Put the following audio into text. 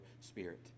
spirit